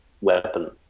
weapon